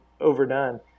overdone